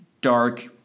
dark